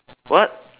what